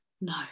no